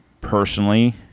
personally